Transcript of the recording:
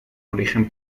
origen